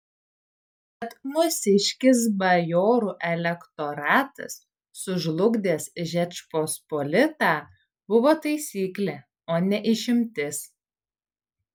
tad mūsiškis bajorų elektoratas sužlugdęs žečpospolitą buvo taisyklė o ne išimtis